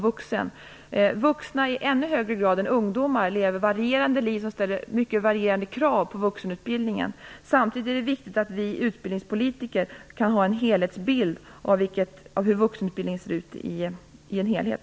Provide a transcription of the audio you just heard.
Vuxna, i ännu högre grad än ungdomar, lever ett varierande liv som ställer mycket varierande krav på vuxenutbildningen. Samtidigt är det viktigt att vi utbildningspolitiker kan ha en helhetsbild över hur vuxenutbildningen ser ut.